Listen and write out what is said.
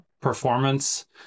performance